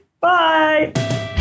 Bye